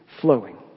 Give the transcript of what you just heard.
flowing